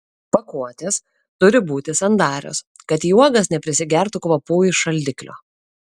pakuotės turi būti sandarios kad į uogas neprisigertų kvapų iš šaldiklio